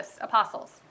apostles